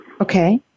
Okay